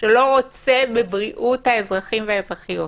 שלא רוצה בבריאות האזרחים והאזרחיות.